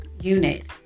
unit